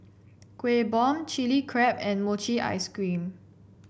Kueh Bom Chili Crab and Mochi Ice Cream